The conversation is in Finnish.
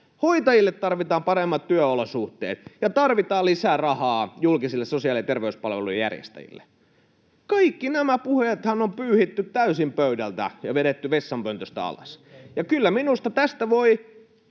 hoitajille tarvitaan paremmat työolosuhteet ja tarvitaan lisää rahaa julkisille sosiaali- ja terveyspalvelujen järjestäjille. Kaikki nämä puheethan on pyyhitty täysin pöydältä ja vedetty vessanpöntöstä alas. Kyllä minusta voi